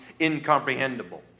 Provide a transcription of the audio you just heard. incomprehensible